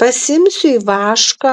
pasiimsiu ivašką